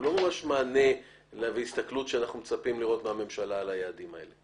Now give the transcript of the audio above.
הוא לא ממש מענה להסתכלות שאנחנו מצפים לראות מהממשלה על היעדים האלה.